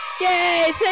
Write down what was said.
Yay